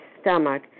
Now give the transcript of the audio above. stomach